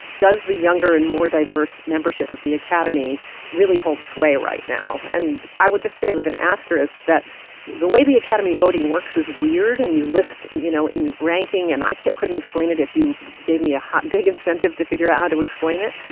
does the younger and more diverse membership of the academy really hold sway right now? and i would just say with an asterisk that the way the academy voting works is weird. and you list, you know, in ranking. and i couldn't explain it if you gave me a hot, big incentive to figure out how to explain it.